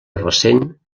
recent